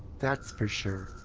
that's for sure.